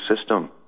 system